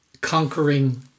conquering